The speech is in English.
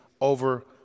over